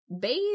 bathe